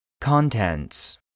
Contents